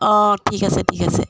অঁ ঠিক আছে ঠিক আছে